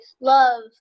love